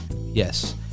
yes